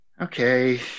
okay